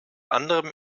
anderem